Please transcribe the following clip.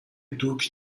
دوگ